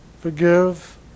Forgive